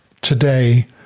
today